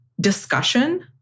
discussion